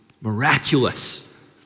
miraculous